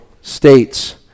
states